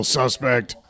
suspect